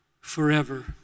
forever